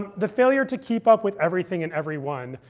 the failure to keep up with everything and everyone.